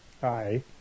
Hi